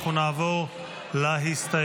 אנחנו נעבור להסתייגויות.